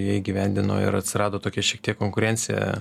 jie įgyvendino ir atsirado tokia šiek tiek konkurencija